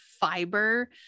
fiber